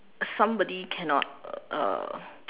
somebody cannot uh